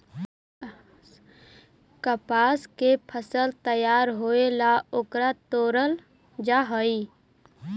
कपास के फसल तैयार होएला ओकरा तोडल जा हई